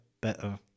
better